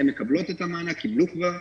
הן מקבלות את המענק, קיבלו כבר.